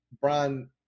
Brian